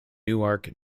newark